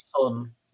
son